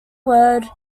word